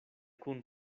kun